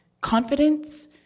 confidence